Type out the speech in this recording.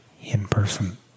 in-person